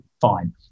fine